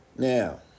Now